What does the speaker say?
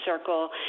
circle